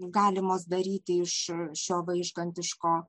galimos daryti iš šio vaižgantiško